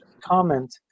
comment